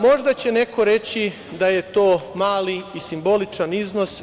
Možda će neko reći da je to mali i simboličan iznos.